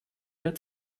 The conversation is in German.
der